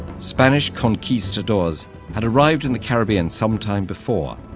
spanish conquistadors had arrived in the caribbean some time before,